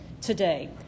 today